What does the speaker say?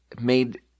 made